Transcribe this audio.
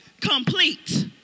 complete